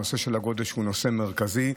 הנושא של הגודש הוא נושא מרכזי,